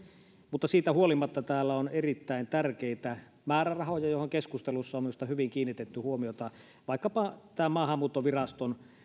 mutta siitä huolimatta täällä on erittäin tärkeitä määrärahoja mihin keskustelussa on minusta hyvin kiinnitetty huomiota vaikkapa tämä maahanmuuttoviraston